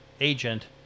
agent